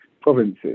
provinces